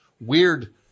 weird